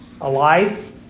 Alive